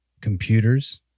computers